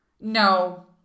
No